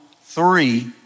three